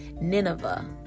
Nineveh